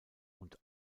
und